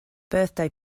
birthday